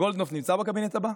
גולדקנופ נמצא בקבינט הבא?